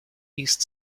east